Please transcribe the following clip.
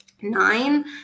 nine